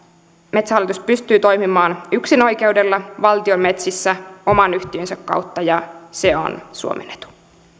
metsähallitus pystyy toimimaan yksinoikeudella valtion metsissä oman yhtiönsä kautta ja se on suomen etu